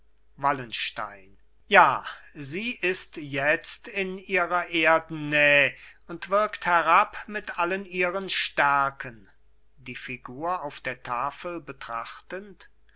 wallenstein ja sie ist jetzt in ihrer erdennäh und wirkt herab mit allen ihren stärken die figur auf der tafel betrachtend